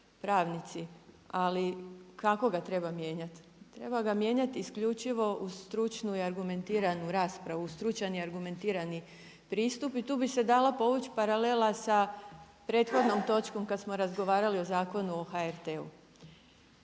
pravnici. Ali kako ga treba mijenjati? Treba ga mijenjati isključivo uz stručnu i argumentiranu raspravu, stručan i argumentirani pristup. I tu bi se dala povući paralela sa prethodnom točkom kad smo razgovarali o Zakonu o HRT-u.